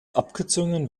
abkürzungen